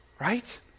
Right